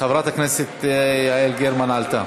--- חברת הכנסת יעל גרמן עלתה.